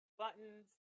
buttons